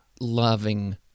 loving